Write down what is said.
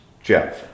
Jeff